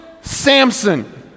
Samson